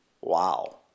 Wow